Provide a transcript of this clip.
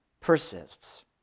persists